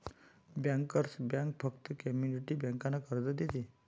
bankers bank फक्त community बँकांना कर्ज देते